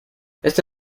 este